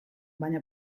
baina